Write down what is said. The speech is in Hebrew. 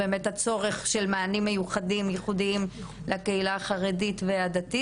כל עניין הצורך של מענים מיוחדים לקהילה החרדית והדתית